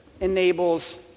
enables